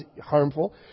harmful